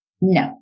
No